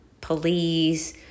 police